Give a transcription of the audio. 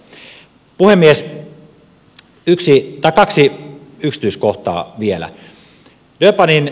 kaksi yksityiskohtaa vielä